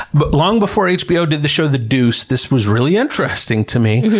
but long before hbo did the show, the deuce, this was really interesting to me.